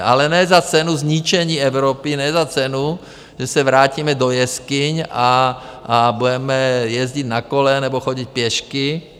Ale ne za cenu zničení Evropy, ne za cenu, že se vrátíme do jeskyň a budeme jezdit na kole nebo chodit pěšky.